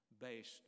based